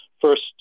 first